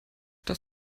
das